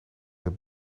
een